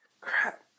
crap